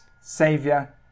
Saviour